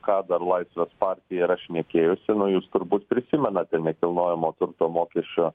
ką dar laisvės partija yra šnekėjusi nu jūs turbūt prisimenate nekilnojamo turto mokesčio